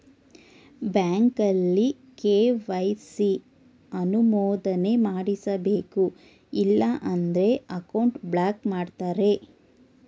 ಬ್ಯಾಂಕಲ್ಲಿ ಕೆ.ವೈ.ಸಿ ಅನುಮೋದನೆ ಮಾಡಿಸಬೇಕು ಇಲ್ಲ ಅಂದ್ರೆ ಅಕೌಂಟ್ ಬ್ಲಾಕ್ ಮಾಡ್ತಾರೆ